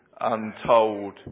untold